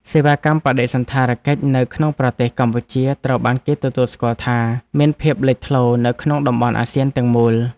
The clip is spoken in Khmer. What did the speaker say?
សេវាកម្មបដិសណ្ឋារកិច្ចនៅក្នុងប្រទេសកម្ពុជាត្រូវបានគេទទួលស្គាល់ថា មានភាពលេចធ្លោនៅក្នុងតំបន់អាស៊ានទាំងមូល។